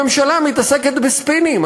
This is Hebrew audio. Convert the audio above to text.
הממשלה מתעסקת בספינים.